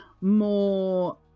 more